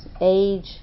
age